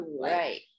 Right